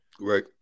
Right